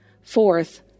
Fourth